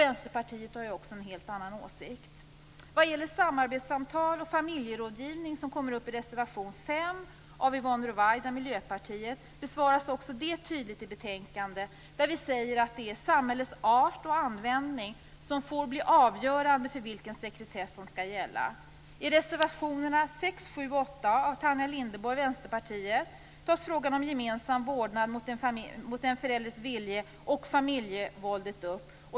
Vänsterpartiet har också en helt annan åsikt. Också invändningarna när det gäller samarbetssamtal och familjerådgivning, som kommer upp i reservation 5 av Yvonne Ruwaida från Miljöpartiet, bemöts tydligt i betänkandet. Vi skriver att det är samtalets art och användning som får bli avgörande för vilken sekretess som skall gälla. I reservationerna 6, 7 och 8 av Tanja Linderborg från Vänsterpartiet tas frågan om gemensam vårdnad mot en förälders vilja och familjevåldet upp.